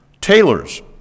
Tailors